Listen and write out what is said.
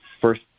first